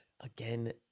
Again